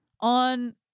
on